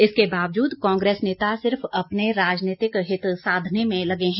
इसके बावजूद कांग्रेस नेता सिर्फ अपने राजनीतिक हित साधने में लगे हैं